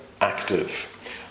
active